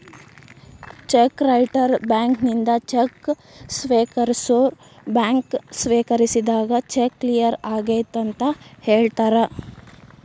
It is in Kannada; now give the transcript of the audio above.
ಚೆಕ್ ರೈಟರ್ ಬ್ಯಾಂಕಿನಿಂದ ಚೆಕ್ ಸ್ವೇಕರಿಸೋರ್ ಬ್ಯಾಂಕ್ ಸ್ವೇಕರಿಸಿದಾಗ ಚೆಕ್ ಕ್ಲಿಯರ್ ಆಗೆದಂತ ಹೇಳ್ತಾರ